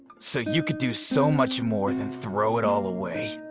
so you could do so much more than throw it all away.